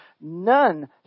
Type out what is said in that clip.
None